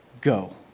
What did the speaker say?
go